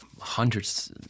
hundreds